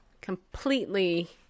completely